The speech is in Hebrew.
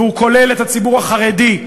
והוא כולל את הציבור החרדי,